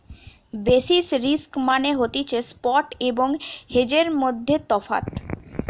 basis risk মানে হতিছে spot এবং হেজের মধ্যে তফাৎ